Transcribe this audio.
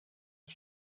der